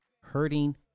hurting